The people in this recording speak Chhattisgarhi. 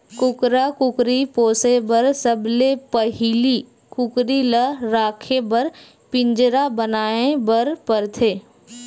कुकरा कुकरी पोसे बर सबले पहिली कुकरी ल राखे बर पिंजरा बनाए बर परथे